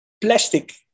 plastic